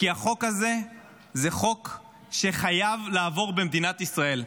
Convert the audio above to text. כי החוק הזה זה חוק שחייב לעבור במדינת ישראל.